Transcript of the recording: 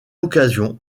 occasion